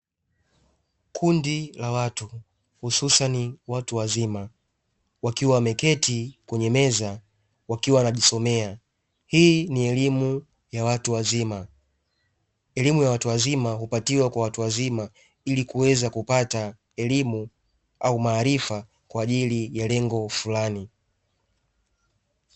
Kundi la watu hususani watu wazima wakiwa wameketi kwenye meza wakiwa wanajisomea hii ni elimu ya watu wazima. Elimu ya watu wazima hupatiwa kwa watu wazima ili kupata elimu au maarifa kwa ajili ya lengo fulani.